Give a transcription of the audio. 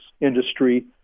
industry